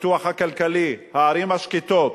הפיתוח הכלכלי, הערים השקטות.